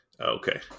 Okay